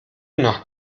nach